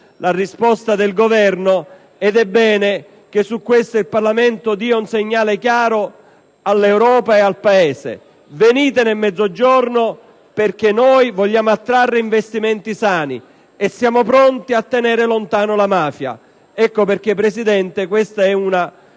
la risposta del Governo, ed è bene che su questo il Parlamento dia un segnale chiaro all'Europa e al Paese: venite nel Mezzogiorno perché vogliamo attrarre investimenti sani e siamo pronti a tenere lontano la mafia. Al contrario, quella avanzata è una